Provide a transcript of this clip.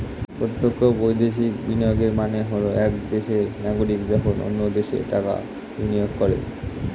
প্রত্যক্ষ বৈদেশিক বিনিয়োগের মানে হল এক দেশের নাগরিক যখন অন্য দেশে টাকা বিনিয়োগ করে